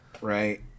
Right